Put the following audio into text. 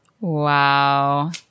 Wow